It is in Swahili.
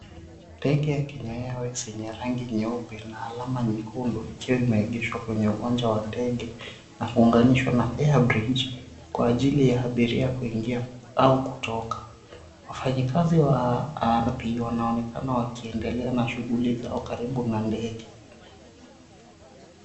Ndege ya Kenya Airways yenye rangi nyeupe na alama nyekundu ikiwa imeegeshwa kwenye uwanja wa ndege, na kuunganishwa na air bridge kwa ajili ya abiria kuingia au kutoka. Wafanyikazi wa ardhi wanaonekana wakiendelea na shughuli zao karibu na ndege.